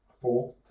Four